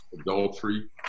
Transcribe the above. adultery